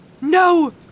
No